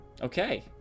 Okay